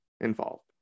involved